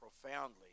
profoundly